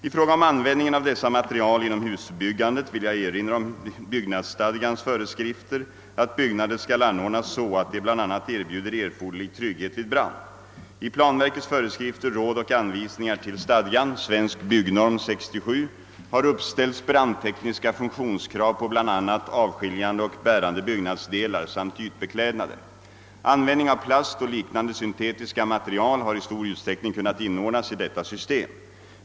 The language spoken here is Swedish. I fråga om användningen av dessa material inom husbyggandet vill jag erinra om byggnadsstadgans föreskrifter att byggnader skall anordnas så att de bl.a. erbjuder erforderlig trygghet vid brand. I planverkets föreskrifter, råd och anvisningar till stadgan, Svensk Byggnorm 67, har uppställts brandtekniska funktionskrav på bla. avskiljande och bärande byggnadsdelar samt ytbeklädnader. Användning av plast och liknande syntetiska material har i stor utsträckning kunnat inordnas i detta system.